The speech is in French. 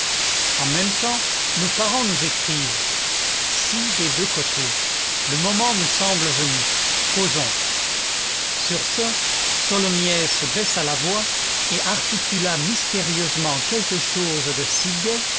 en même temps nos parents nous écrivent scie des deux côtés le moment me semble venu causons sur ce tholomyès baissa la voix et articula mystérieusement quelque chose de